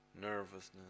nervousness